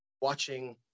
watching